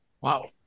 Wow